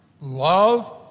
love